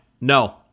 No